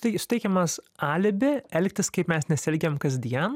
taigi suteikiamas alibi elgtis kaip mes nesielgiam kasdien